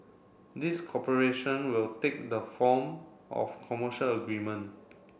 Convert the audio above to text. this cooperation will take the form of commercial agreement